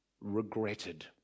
regretted